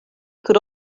could